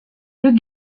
deux